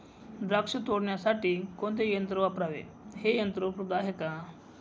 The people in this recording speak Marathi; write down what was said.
द्राक्ष तोडण्यासाठी कोणते यंत्र वापरावे? हे यंत्र उपलब्ध आहे का?